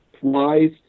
twice